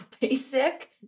basic